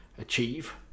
achieve